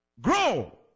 Grow